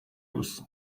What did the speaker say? gusa